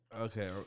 Okay